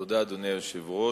תודה, אדוני היושב-ראש.